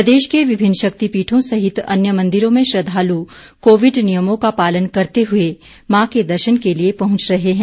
प्रदेश के विभिन्न शक्तिपीठों सहित मंदिरों में श्रद्धालु कोविड नियमों का पालन करते हुए मां के दर्शन के लिए पहुंच रहे है